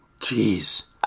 Jeez